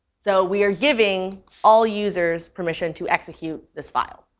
so we are giving all users permission to execute this file,